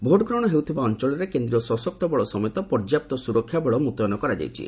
vote ଗ୍ରହଣ ହେଉଥିବା ଅଞ୍ଚଳରେ କେନ୍ଦ୍ରୀୟ ସଶକ୍ତ ବଳ ସମେତ ପର୍ଯ୍ୟାପ୍ତ ସ୍କରକ୍ଷାବଳ ମୁତୟନ କରାଯାଇଛି